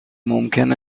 ممکن